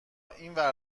اینور